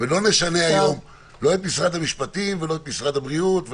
ולא נשנה היום לא את משרד המשפטים ולא את משרד הבריאות.